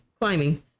climbing